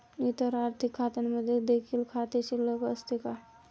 इतर आर्थिक खात्यांमध्ये देखील खाते शिल्लक असते का?